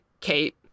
Kate